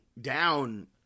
down